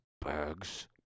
bugs